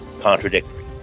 contradictory